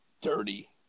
dirty